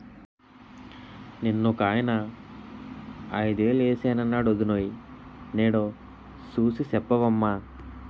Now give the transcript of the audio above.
నిన్నొకాయన ఐదేలు ఏశానన్నాడు వొడినాయో నేదో సూసి సెప్పవమ్మా